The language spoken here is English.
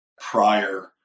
prior